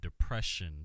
depression